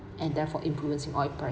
and therefore influencing oil price